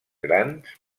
grans